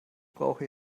brauche